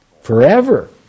Forever